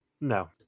No